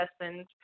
lessons